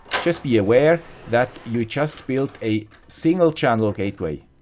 just be aware, that you just built a single channel gateway.